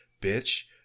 bitch